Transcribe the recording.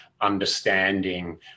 understanding